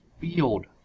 field